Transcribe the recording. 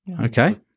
Okay